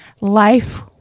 life